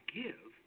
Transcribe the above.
give